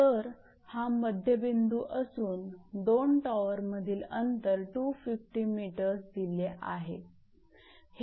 तर हा मध्यबिंदू असून दोन टॉवरमधील अंतर 250 𝑚 दिले आहे